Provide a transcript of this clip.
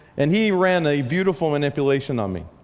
and he ran a beautiful manipulation on me.